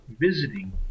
visiting